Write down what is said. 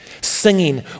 singing